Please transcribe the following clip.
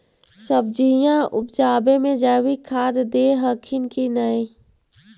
सब्जिया उपजाबे मे जैवीक खाद दे हखिन की नैय?